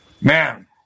Man